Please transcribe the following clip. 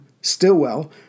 Stilwell